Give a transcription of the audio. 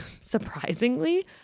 Surprisingly